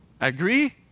Agree